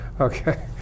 Okay